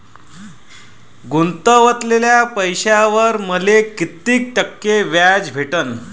गुतवलेल्या पैशावर मले कितीक टक्के व्याज भेटन?